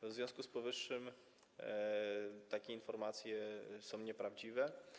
W związku z powyższym takie informacje są nieprawdziwe.